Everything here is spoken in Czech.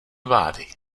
vlády